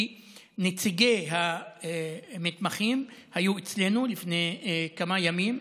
כי נציגי המתמחים היו אצלנו לפני כמה ימים,